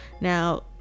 now